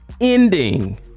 ending